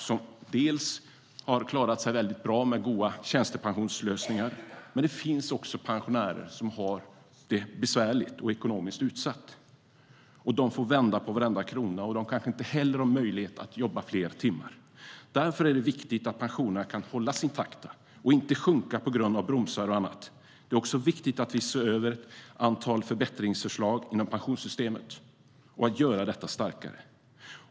En del har klarat sig bra med goda tjänstepensionslösningar. Men det finns också pensionärer som har det besvärligt och är ekonomiskt utsatta. De får vända på varenda krona, och de kanske inte heller har möjlighet att jobba fler timmar. Därför är det viktigt att pensionerna kan hållas intakta och inte sjunka på grund av bromsar och annat. Det är också viktigt att vi ser över ett antal förbättringsförslag inom pensionssystemet för att göra detta starkare.